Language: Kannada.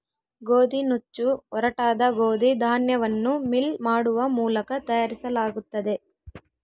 ಗೋದಿನುಚ್ಚು ಒರಟಾದ ಗೋದಿ ಧಾನ್ಯವನ್ನು ಮಿಲ್ ಮಾಡುವ ಮೂಲಕ ತಯಾರಿಸಲಾಗುತ್ತದೆ